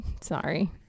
Sorry